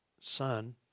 son